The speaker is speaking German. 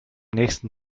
nächsten